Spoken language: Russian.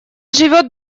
живет